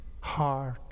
heart